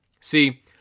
See